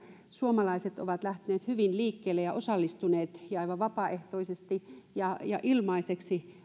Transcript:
suomalaiset ovat lähteneet hyvin liikkeelle ja osallistuneet aivan vapaaehtoisesti ja ja ilmaiseksi